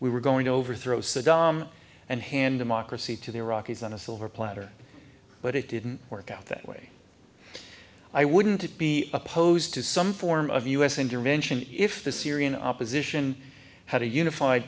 we were going to overthrow saddam and hand him ocracy to the iraqis on a silver platter but it didn't work out that way i wouldn't be opposed to some form of u s intervention if the syrian opposition had a unif